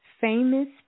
famous